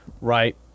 Right